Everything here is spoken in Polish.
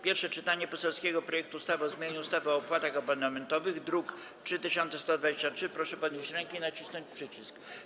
Pierwsze czytanie poselskiego projektu ustawy o zmianie ustawy o opłatach abonamentowych, druk nr 3123, proszę podnieść rękę i nacisnąć przycisk.